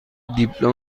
دیپلم